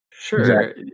Sure